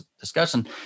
discussion